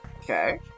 Okay